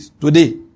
today